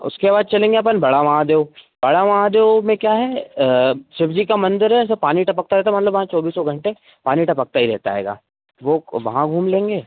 उसके बाद चलेंगे अपन बड़ा महादेव बड़ा महादेव में क्या है शिव जी का मन्दिर है ऐसे पानी टपकता रहता है मान लो वहाँ चौबीसों घण्टे पानी टपकता ही रहेता हैगा वो वहाँ घूम लेंगे